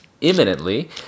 imminently